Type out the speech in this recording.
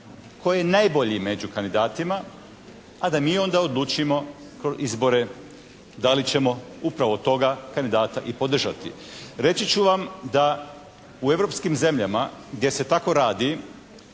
tko je najbolji među kandidatima, a da mi onda odlučimo izbore da li ćemo upravo toga kandidata i podržati. Reći ću vam da u europskim zemljama gdje se tako radi,